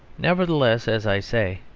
nevertheless, as i say,